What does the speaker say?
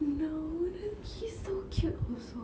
you know he's so cute also